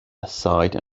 aside